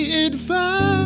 advice